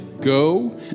go